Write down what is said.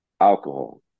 Alcohol